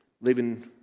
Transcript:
living